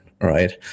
right